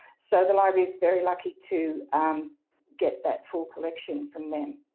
so the library is very lucky to get that full collection from them.